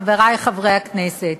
חברי חברי הכנסת,